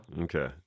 okay